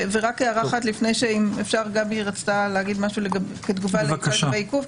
ורק הערה אחת לפני שגבי תגיד משהו כתגובה לעניין של העיכוב.